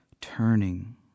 Turning